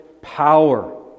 power